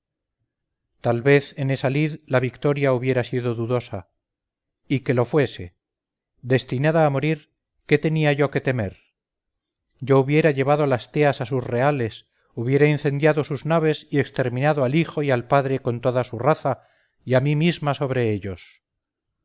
tal vez en esa lid la victoria hubiera sido dudosa y que lo fuese destinada a morir qué tenía yo que temer yo hubiera llevado las teas a sus reales hubiera incendiado sus naves y exterminado al hijo y al padre con toda su raza y a mí misma sobre ellos